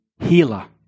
Healer